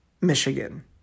Michigan